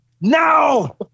Now